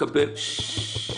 זמן.